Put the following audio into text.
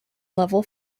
level